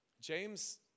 James